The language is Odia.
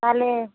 ତା'ହେଲେ